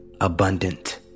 abundant